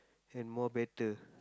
and more better